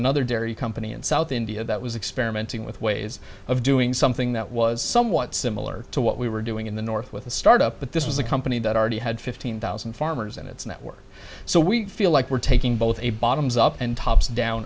another dairy company in south india that was experimenting with ways of doing something that was somewhat similar to what we were doing in the north with a startup but this was a company that already had fifteen thousand farmers in its network so we feel like we're taking both a bottoms up and tops down